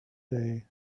day